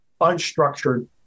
unstructured